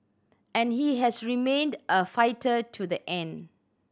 and he has remained a fighter to the end